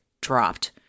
dropped